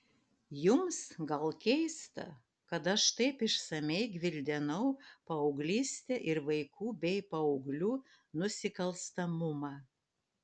jums gal keista kad aš taip išsamiai gvildenau paauglystę ir vaikų bei paauglių nusikalstamumą